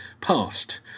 past